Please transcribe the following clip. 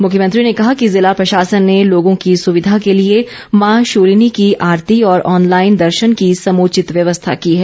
मुख्यमंत्री ने कहा कि जिला प्रशासन ने लोगों की सुविधा के लिए माँ शूलिनी की आरती और ऑनलाईन दर्शन की समुचित व्यवस्था की है